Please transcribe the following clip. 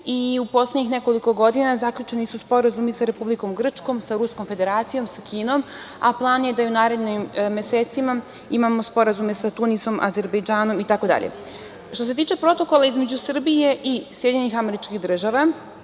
i u poslednjih nekoliko godina zaključeni su sporazumi sa Republikom Grčkom, sa Ruskom Federacijom, sa Kinom, a plan je da i u narednim mesecima imamo sporazume sa Tunisom, Azerbejdžanom, itd. Što se tiče Protokola između Srbije i SAD, omogućuje se